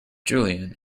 julian